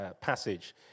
passage